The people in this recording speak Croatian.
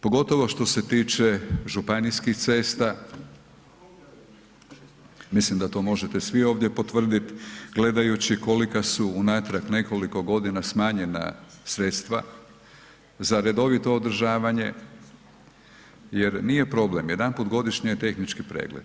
Pogotovo što se tiče županijskih cesta, mislim da to možete svi ovdje potvrdit gledajući kolika su unatrag nekoliko godina smanjena sredstva za redovito održavanje jer nije problem jedanput godišnje tehnički pregled.